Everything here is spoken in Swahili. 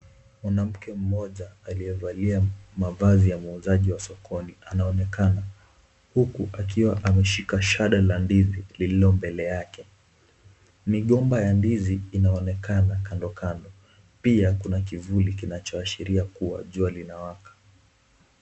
Mwanamke mmoja aliyevalia mavazi ya muuzaji wa sokoni anaonekana huku akiwa ameshika shada la ndizi lililo mbele yake, migomba ya ndizi inaonekana kando kando pia kuna kivuli inachoashiria jua lina waka.